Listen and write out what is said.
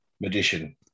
Magician